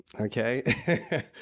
Okay